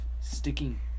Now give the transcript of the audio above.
sticking